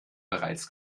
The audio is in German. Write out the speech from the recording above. bereits